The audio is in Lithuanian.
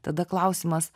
tada klausimas